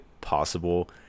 possible